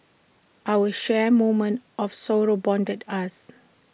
our shared moment of sorrow bonded us